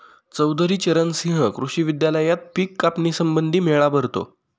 चौधरी चरण सिंह कृषी विद्यालयात पिक कापणी संबंधी मेळा भरतो